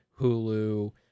Hulu